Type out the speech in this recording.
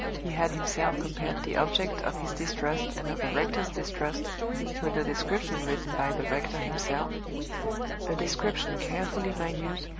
he had himself compared the object of his distrust and of the rector's distrust with the description written by the rector himself a description, carefully minute,